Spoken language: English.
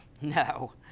No